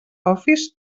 office